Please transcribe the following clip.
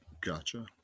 Gotcha